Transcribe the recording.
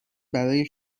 برای